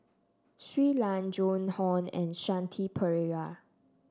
Shui Lan Joan Hon and Shanti Pereira